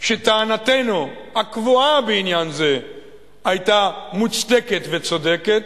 שטענתנו הקבועה בעניין זה היתה מוצדקת וצודקת: